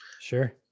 sure